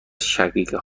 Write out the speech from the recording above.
شقیقه